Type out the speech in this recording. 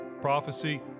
prophecy